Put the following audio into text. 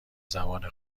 زبان